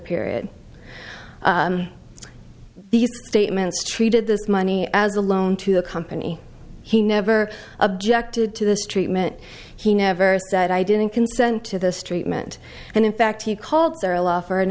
period these statements treated this money as a loan to a company he never objected to this treatment he never said i didn't consent to this treatment and in fact he called there a law for an